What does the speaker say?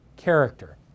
Character